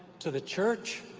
to the church,